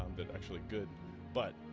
but actually good but